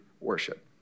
worship